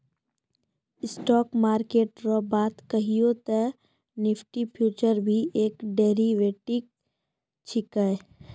stock market रो बात कहियो ते निफ्टी फ्यूचर भी एक डेरीवेटिव छिकै